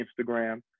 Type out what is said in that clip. Instagram